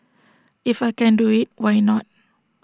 if I can do IT why not